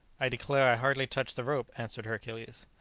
i declare i hardly touched the rope, answered hercules.